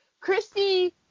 Christy